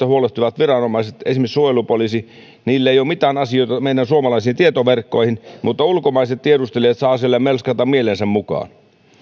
huolehtivilla viranomaisilla esimerkiksi suojelupoliisilla on mitään asiaa meidän suomalaisiin tietoverkkoihin mutta ulkomaiset tiedustelijat saavat siellä melskata mielensä mukaan